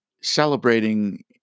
celebrating